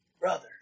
brother